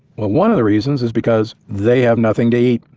well, one of the reasons is because they have nothing to eat.